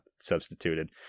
substituted